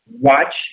Watch